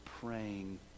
praying